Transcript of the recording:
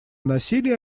насилия